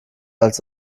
als